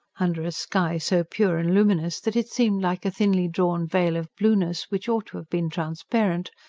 under a sky so pure and luminous that it seemed like a thinly drawn veil of blueness, which ought to have been transparent,